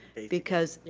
because,